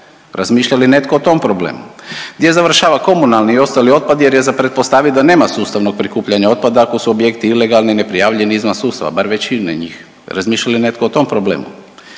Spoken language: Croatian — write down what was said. Razmišlja li netko o tom problemu? Gdje završava komunalni i ostali otpad jer je za pretpostaviti da nema sustavnog prikupljanja otpada ako su objekti ilegalni, neprijavljeni, izvan sustava bar većine njih. Razmišlja li netko o tome problemu?